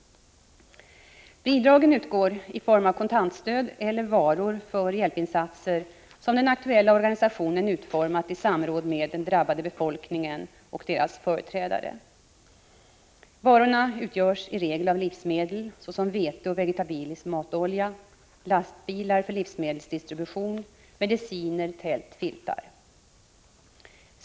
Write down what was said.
Bidragen utgår i form av kontantstöd eller varor för hjälpinsatser som den aktuella organisationen utformat i samråd med den drabbade befolkningen eller deras företrädare. Varorna utgörs i regel av livsmedel — såsom vete eller vegetabilisk matolja —, lastbilar för livsmedelsdistribution, mediciner, tält och filtar.